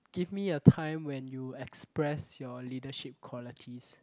give me a time when you express your leadership qualities